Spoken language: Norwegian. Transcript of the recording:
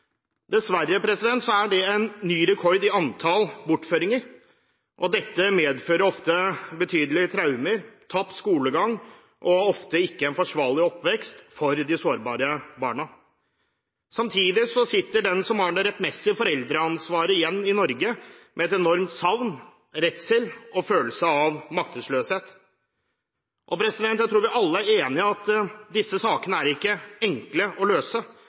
Dessverre er det en ny rekord i antall bortføringer. Dette medfører ofte betydelige traumer, tapt skolegang og ofte en ikke forsvarlig oppvekst for de sårbare barna. Samtidig sitter den som har det rettmessige foreldreansvaret, igjen i Norge med et enormt savn, redsel og en følelse av maktesløshet. Jeg tror vi alle er enige om at disse sakene ikke er enkle å løse.